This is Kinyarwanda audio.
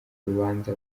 urubanza